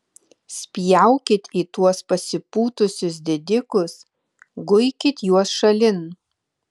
spjaukit į tuos pasipūtusius didikus guikit juos šalin